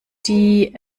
die